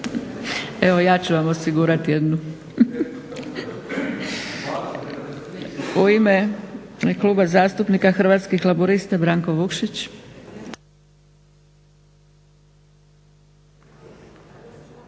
Evo ja ću vam osigurati jednu. U ime Kluba zastupnika Hrvatskih laburista Branko Vukšić.